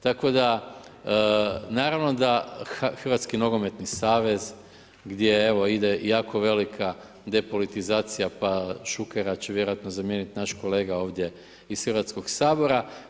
Tako da naravno da Hrvatski nogometni savez gdje evo ide jako velika depolitizacija, pa Šukera će vjerojatno zamijeniti naš kolega ovdje iz Hrvatskoga sabora.